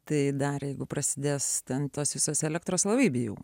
tai darė jeigu prasidės ten tas visas elektros labai bijau